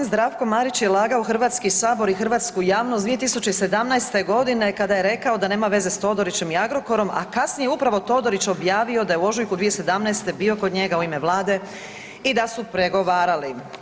G. Zdravko Marić je lagao Hrvatski sabor i hrvatsku javnost 2017. g. kada je rekao da nema veze s Todorićem i Agrokorom, a kasnije je upravo Todorić objavio da je ožujku 2017. bio kod njega u ime Vlade i da su pregovarali.